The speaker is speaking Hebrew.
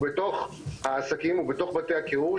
בתוך העסקים ובתוך בתי הקירור,